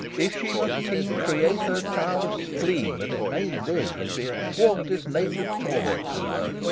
if she must teem, create her child of spleen, that it may live and be a thwart disnatur'd torment to her!